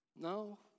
No